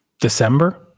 December